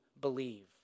believe